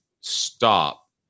stop